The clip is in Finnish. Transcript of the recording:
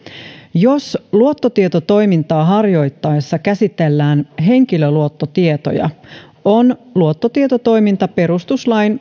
jos luottotietotoimintaa harjoittaessa käsitellään henkilöluottotietoja on luottotietotoiminta perustuslain